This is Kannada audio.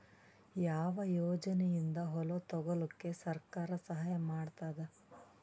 ಯಾವ ಯೋಜನೆಯಿಂದ ಹೊಲ ತೊಗೊಲುಕ ಸರ್ಕಾರ ಸಹಾಯ ಮಾಡತಾದ?